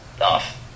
off